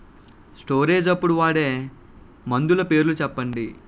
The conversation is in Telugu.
స్టోరేజ్ అప్పుడు వాడే మందులు పేర్లు చెప్పండీ?